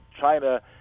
China